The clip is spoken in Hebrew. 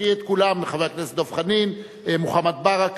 חבר הכנסת דב חנין ביקש לומר דברי